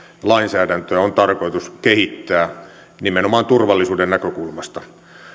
lainsäädäntöä on tarkoitus kehittää nimenomaan turvallisuuden näkökulmasta